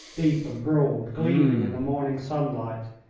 deep and broad, gleaming in the morning sunlight.